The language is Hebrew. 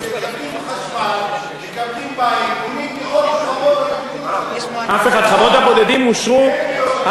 מקבלים חשמל, מקבלים בית, חוות הבודדים הוכשרו.